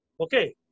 okay